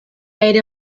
made